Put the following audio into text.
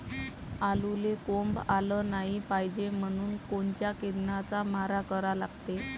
आलूले कोंब आलं नाई पायजे म्हनून कोनच्या किरनाचा मारा करा लागते?